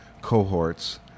cohorts